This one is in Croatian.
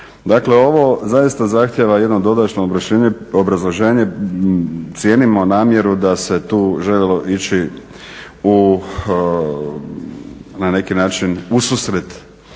Dakle ovo zaista zahtjeva jedno dodatno obrazloženje. Cijenimo namjeru da se tu željelo ići na neki način u susret